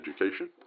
education